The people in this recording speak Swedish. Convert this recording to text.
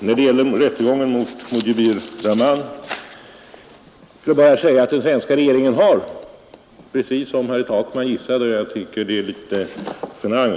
När det gäller rättegången mot Mujibur Rahman vill jag bara säga att den svenska regeringen — precis som herr Takman gissade — har gjort framställningar i Islamabad just i detta sammanhang.